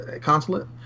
consulate